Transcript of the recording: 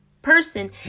person